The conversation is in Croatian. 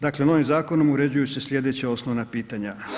Dakle, ovim zakonom uređuju se sljedeća osnovna pitanja.